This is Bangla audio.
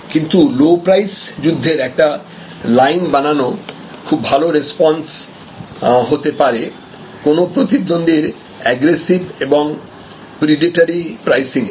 কিন্তু লো প্রাইস যুদ্ধের একটা লাইন বানানো খুব ভালো রেসপন্স হতে পারে কোন প্রতিদ্বন্দীর এগ্রেসিভ এবং প্রিডেটরি প্রাইসিং এর